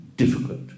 difficult